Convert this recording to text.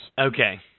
Okay